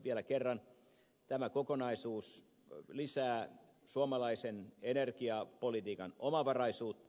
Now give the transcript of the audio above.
vielä kerran tämä kokonaisuus lisää suomalaisen energiapolitiikan omavaraisuutta